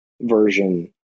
version